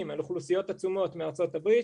על אוכלוסיות עצומות מארצות הברית,